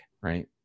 right